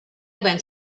went